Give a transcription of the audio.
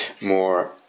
more